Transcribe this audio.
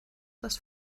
das